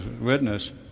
witness